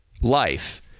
life